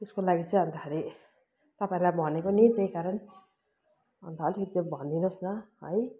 त्यसको लागि चाहिँ अन्तखेरि तपाईँलाई भनेको नि त्यही कारण अन्त अलिकति भनिदिनुहोस् न है